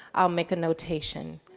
i'll make a notation.